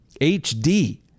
HD